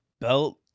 Belt